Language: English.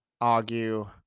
argue